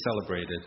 celebrated